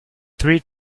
three